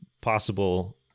possible